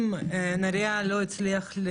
אם נריה לא הצליח ל